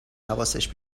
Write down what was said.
حواسش